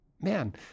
man